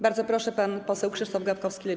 Bardzo proszę, pan poseł Krzysztof Gawkowski, Lewica.